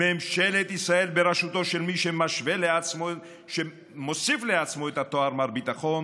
בממשלת ישראל בראשותו של מי שמוסיף לעצמו את התואר "מר ביטחון"